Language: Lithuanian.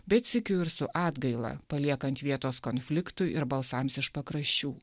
bet sykiu ir su atgaila paliekant vietos konfliktui ir balsams iš pakraščių